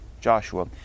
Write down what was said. Joshua